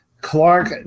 Clark